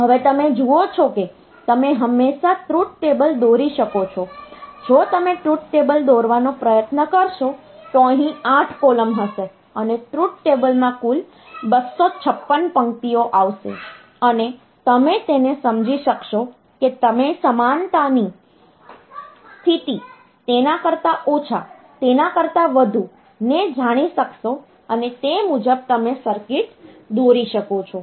હવે તમે જુઓ છો કે તમે હંમેશા ટ્રુથ ટેબલ દોરી શકો છો જો તમે ટ્રુથ ટેબલ દોરવાનો પ્રયત્ન કરશો તો અહીં 8 કૉલમ હશે અને ટ્રુથ ટેબલ માં કુલ 256 પંક્તિઓ આવશે અને તમે તેને સમજી શકશો કે તમે સમાનતાની સ્થિતિ તેના કરતાં ઓછા તેના કરતાં વધુ ને જાણી શકશો અને તે મુજબ તમે સર્કિટ દોરી શકો છો